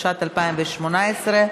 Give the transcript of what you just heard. התשע"ט 2018,